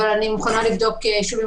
אבל אני מוכנה לבדוק שוב.